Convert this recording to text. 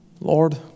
Lord